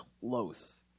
close